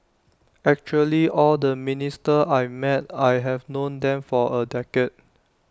actually all the ministers I met I have known them for A decade